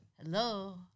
Hello